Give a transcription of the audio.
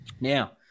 Now